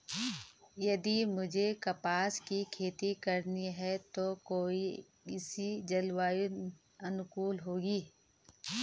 यदि मुझे कपास की खेती करनी है तो कौन इसी जलवायु अनुकूल होगी?